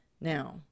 Now